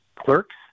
clerks